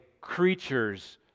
creature's